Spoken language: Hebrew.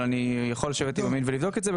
אבל אני יכול לשבת ולבדוק את זה.